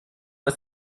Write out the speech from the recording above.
ist